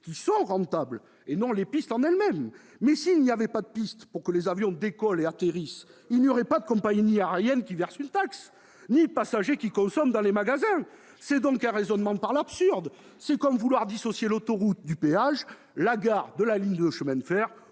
qui sont rentables, et non les pistes elles-mêmes. Toutefois, s'il n'y avait pas de pistes pour que les avions décollent et atterrissent, il n'y aurait ni compagnies aériennes versant une taxe ni passagers qui consomment dans les magasins ! Il s'agit donc d'un raisonnement par l'absurde : peut-on dissocier l'autoroute du péage, la gare de la ligne de chemin de fer,